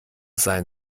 sein